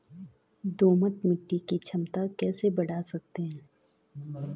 दोमट मिट्टी की क्षमता कैसे बड़ा सकते हैं?